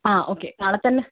ആ ഓക്കേ നാളെ തന്നെ